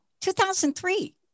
2003